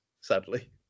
sadly